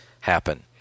happen